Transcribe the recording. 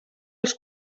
als